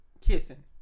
kissing